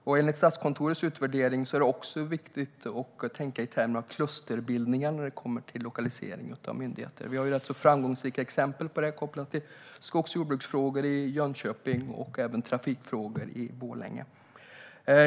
Enligt Statskontorets utvärdering är det viktigt att tänka i termer av klusterbildningar när det kommer till lokalisering av myndigheter. Vi har framgångsrika exempel på detta kopplat till skogs och jordbruksfrågor i Jönköping och även trafikfrågor i Borlänge.